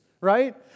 right